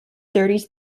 thirties